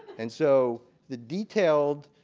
and so the detailed